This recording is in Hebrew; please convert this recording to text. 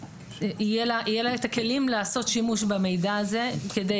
ויהיו לה את הכלים לעשות שימוש במידע הזה כדי